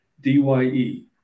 D-Y-E